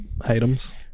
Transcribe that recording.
items